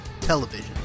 television